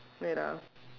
wait ah